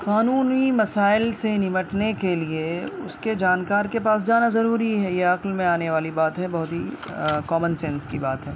قانونی مسائل سے نمٹنے کے لیے اس کے جانکار کے پاس جانا ضروری ہے یہ عقل میں آنے والی بات ہے بہت ہی کامن سینس کی بات ہے